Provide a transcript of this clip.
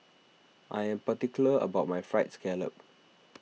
I am particular about my Fried Scallop